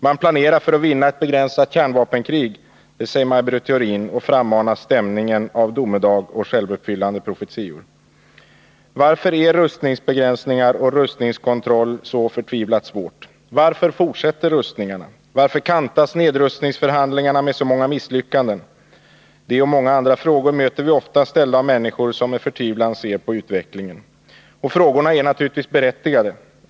”Man planerar för att vinna ett begränsat kärnvapenkrig”, säger Maj Britt Theorin vidare och frammanar därmed stämningen av domedag och självuppfyllande profetior. Varför är rustningsbegränsningar och rustningskontroll så förtvivlat svåra att genomföra? Varför fortsätter rustningarna? Varför kantas nedrustningsförhandlingarna med så många misslyckanden? Dessa och många andra frågor möter vi ofta, ställda av människor som med förtvivlan ser på utvecklingen. Frågorna är naturligtvis berättigade.